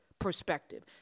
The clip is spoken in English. perspective